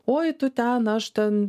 oi tu ten aš ten